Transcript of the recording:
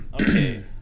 Okay